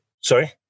Sorry